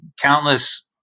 countless